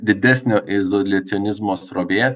didesnio izoliacionizmo srovė